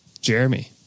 Jeremy